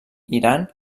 iran